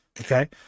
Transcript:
Okay